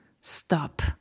stop